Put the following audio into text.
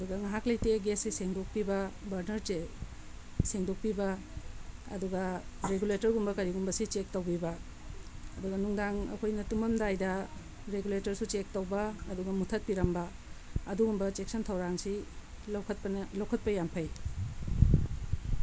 ꯑꯗꯨꯒ ꯉꯥꯏꯍꯥꯛ ꯂꯩꯇꯦ ꯒ꯭ꯌꯥꯁꯁꯦ ꯁꯦꯡꯗꯣꯛꯄꯤꯕ ꯕꯔꯅꯔꯁꯦ ꯁꯦꯡꯗꯣꯛꯄꯤꯕ ꯑꯗꯨꯒ ꯔꯦꯒꯨꯂꯦꯇꯔꯒꯨꯝꯕ ꯀꯔꯤꯒꯨꯝꯕꯁꯦ ꯆꯦꯛ ꯇꯧꯕꯤꯕ ꯑꯗꯨꯒ ꯅꯨꯡꯗꯥꯡ ꯑꯩꯈꯣꯏꯅ ꯇꯨꯝꯃꯝꯗꯥꯏꯗ ꯔꯦꯒꯨꯂꯦꯇꯔꯁꯨ ꯆꯦꯛ ꯇꯧꯕ ꯑꯗꯨꯒ ꯃꯨꯊꯠꯄꯤꯔꯝꯕ ꯑꯗꯨꯒꯨꯝꯕ ꯆꯦꯛꯁꯤꯟ ꯊꯧꯔꯥꯡꯁꯤ ꯂꯧꯈꯠꯄꯅ ꯂꯧꯈꯠꯄ ꯌꯥꯝ ꯐꯩ